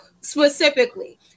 specifically